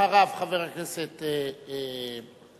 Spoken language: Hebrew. אחריו, חבר הכנסת בן-ארי,